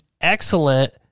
excellent